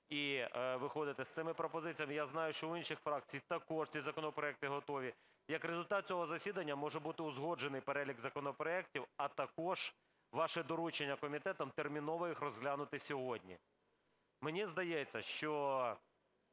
і виходити з цими пропозиціями. Я знаю, що у інших фракцій також ці законопроекти готові. Як результат цього засідання може бути узгоджений перелік законопроектів, а також ваше доручення комітетам терміново їх розглянути сьогодні. Мені здається, що